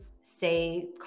say